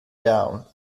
down